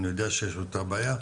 אני יודע שיש אותה בעיה.